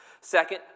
Second